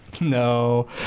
No